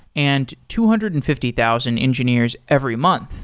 and two hundred and fifty thousand engineers every month.